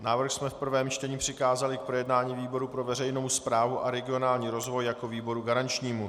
Návrh jsme v prvním čtení přikázali k projednání výboru pro veřejnou správu a regionální rozvoj jako výboru garančnímu.